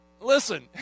Listen